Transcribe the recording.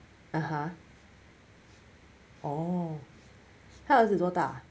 (uh huh) orh 他儿子多大